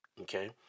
okay